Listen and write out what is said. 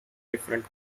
different